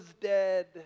dead